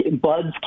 Buds